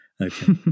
Okay